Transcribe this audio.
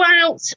out